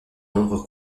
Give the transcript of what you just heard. nombre